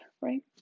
right